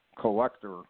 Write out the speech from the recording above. collector